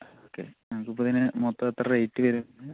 okay നമുക്കിപ്പോൾ ഇതിനു മൊത്തം എത്ര റേയ്റ്റ് വരും